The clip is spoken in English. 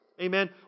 Amen